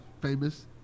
famous